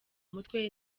mutwe